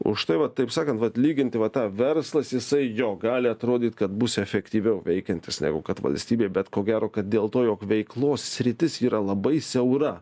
o štai va taip sakant vat lyginti va tą verslas jisai jo gali atrodyt kad bus efektyviau veikiantis negu kad valstybė bet ko gero kad dėl to jog veiklos sritis yra labai siaura